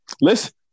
Listen